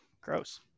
Gross